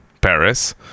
paris